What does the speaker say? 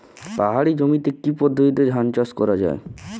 পাহাড়ী জমিতে কি পদ্ধতিতে ধান চাষ করা যায়?